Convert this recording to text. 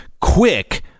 Quick